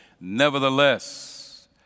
nevertheless